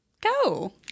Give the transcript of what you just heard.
Go